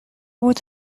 بود